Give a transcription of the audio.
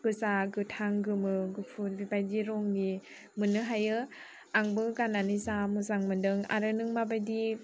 गोजा गोथां गोमो गुफुर बिबायदि रंनि मोननो हायो आंबो गाननानै जा मोजां मोन्दों आरो नों माबायदि